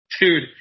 Dude